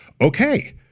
Okay